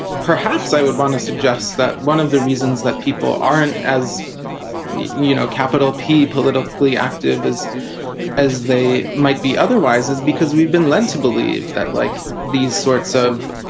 perhaps i would want to suggest that one of the reasons that people aren't, as you know, capital p politically active is as they might be otherwise is because we've been led to believe that like these sorts of